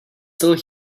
still